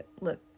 look